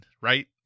right